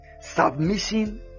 submission